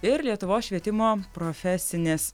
ir lietuvos švietimo profesinės